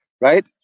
right